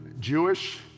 Jewish